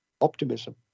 optimism